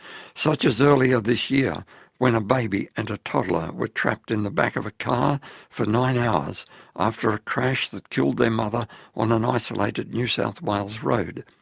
such as earlier this year when a baby and a toddler were trapped in the back of a car for nine hours after a crash that killed their mother on an isolated new south wales road.